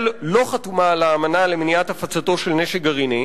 על האמנה למניעת הפצתו של נשק גרעיני,